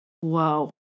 Whoa